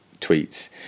tweets